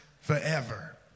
forever